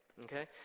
Okay